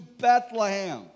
Bethlehem